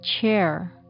chair